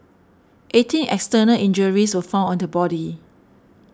eighteen external injuries were found on the body